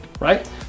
right